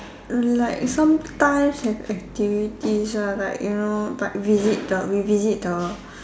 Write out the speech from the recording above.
like sometimes have activities ah like you know like visit the we visit the